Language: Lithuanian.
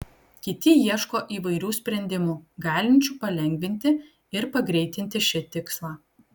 kiti ieško įvairių sprendimų galinčių palengvinti ir pagreitinti šį tikslą